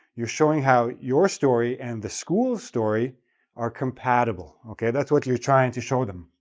you're showing how your story and the school's story are compatible, okay, that's what you're trying to show them.